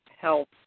health